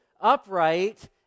upright